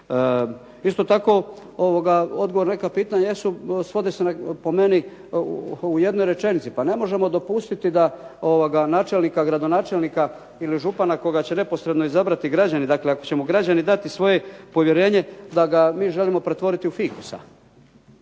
Isto tako odgovor na neka pitanja jesu svode se po meni u jednoj rečenici. Pa ne možemo dopustiti da gradonačelnika, načelnika ili župana koga će neposredno izabrati građani, dakle ako ćemo građanin dati svoje povjerenje da ga mi želimo pretvoriti u fikusa,